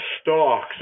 stocks